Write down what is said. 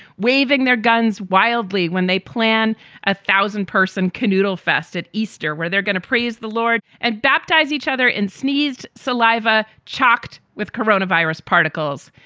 waving their guns wildly when they plan a thousand person canoodle fest at easter, where they're going to praise the lord and baptize each other in sneezed saliva chocked with corona virus particles.